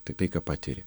tai tai ką patiri